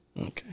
Okay